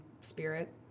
spirit